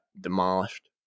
demolished